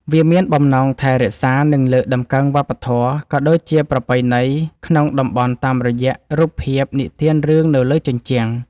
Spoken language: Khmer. វាមានបំណងថែរក្សា និងលើកតម្កើងវប្បធម៌ ក៏ដូចជាប្រពៃណីក្នុងតំបន់តាមរយៈរូបភាពនិទានរឿងនៅលើជញ្ជាំង។